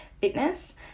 Fitness